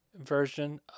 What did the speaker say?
version